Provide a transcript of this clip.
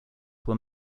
were